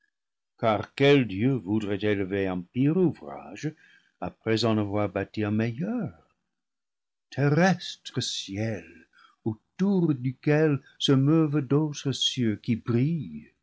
quel dieu voudrait élever un pire ouvrage après en avoir bâti un meilleur terrestre ciel autour duquel se meuvent d'autres d'eux qui brillent